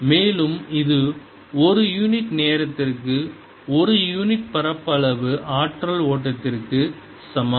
மேலும் இது ஒரு யூனிட் நேரத்திற்கு ஒரு யூனிட் பரப்பளவு ஆற்றல் ஓட்டத்திற்கு சமம்